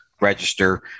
register